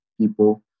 people